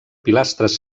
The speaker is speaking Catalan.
pilastres